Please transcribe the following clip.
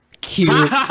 cute